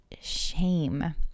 shame